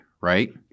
right